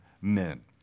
men